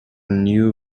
new